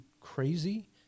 crazy